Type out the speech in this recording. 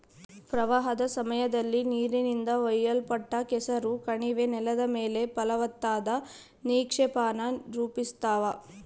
ಪ್ರವಾಹದ ಸಮಯದಲ್ಲಿ ನೀರಿನಿಂದ ಒಯ್ಯಲ್ಪಟ್ಟ ಕೆಸರು ಕಣಿವೆ ನೆಲದ ಮೇಲೆ ಫಲವತ್ತಾದ ನಿಕ್ಷೇಪಾನ ರೂಪಿಸ್ತವ